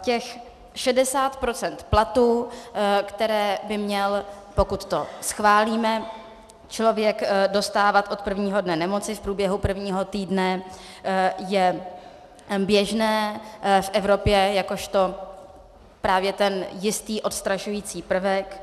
Těch 60 % platu, které by měl, pokud to schválíme, člověk dostávat od prvního dne nemoci v průběhu prvního týdne je běžné v Evropě jakožto právě ten jistý odstrašující prvek.